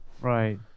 right